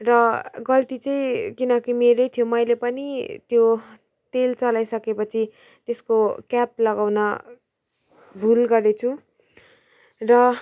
र गल्ती चाहिँ किनकि मेरै थियो मैले पनि त्यो तेल चलाइ सकेपछि त्यसको क्याप लगाउन भुल गरेछु र